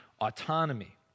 autonomy